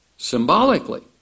Symbolically